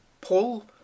Paul